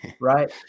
right